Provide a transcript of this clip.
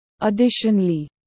Additionally